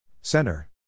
Center